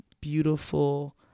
beautiful